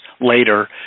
later